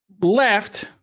left